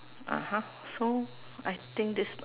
so I think this